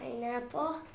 pineapple